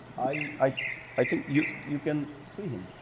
i i think you you can see him.